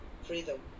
freedom